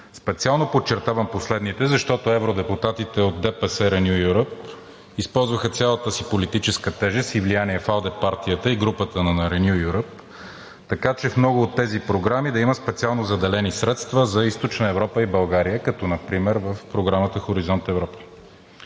Специално подчертавам последните, защото евродепутатите от ДПС – Renew Europe използваха цялата си политическа тежест и влияние в АЛДЕ, партията и групата на Renew Europe, така че в много от тези програми да има специално заделени средства за Източна Европа и България като например в Програмата „Хоризонт Европа“.